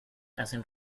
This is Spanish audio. hacen